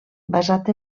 basat